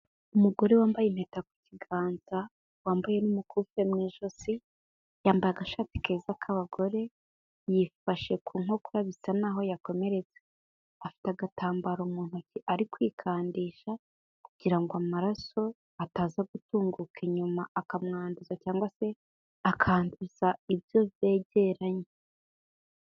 Umugore wambaye impeta ku kiganza, wambaye n'umukufe mu ijosi, yambaye agashati keza k'abagore yifashe ku nkokora bisa naho yakomeretse, afite agatambaro mu ntoki ari kwikandisha kugira ngo amaraso ataza gutunguka inyuma akamwanduza cyangwa se akanduza ibyo begeranye.